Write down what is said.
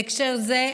בהקשר זה,